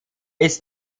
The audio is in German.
ist